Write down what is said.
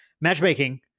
matchmaking